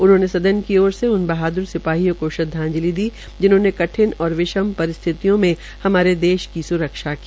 उन्होंने सदन की ओर से उन बहाद्र सिपाहियों को श्रद्वाजंति दी जिन्होंने कठिन और विषम परिस्थितियों मे हमारे देश की स्रक्षा की